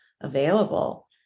available